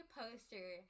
poster